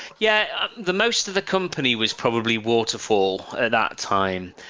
yeah. the most of the company was probably waterfall at that time.